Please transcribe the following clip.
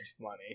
money